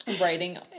writing